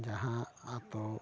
ᱡᱟᱦᱟᱸ ᱟᱛᱳ